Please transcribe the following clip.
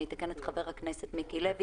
אני אתקן את חבר הכנסת מיקי לוי.